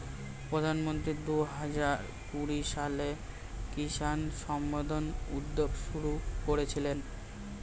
প্রধানমন্ত্রী দুহাজার কুড়ি সালে কিষান মান্ধান উদ্যোগ শুরু করেছিলেন